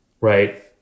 right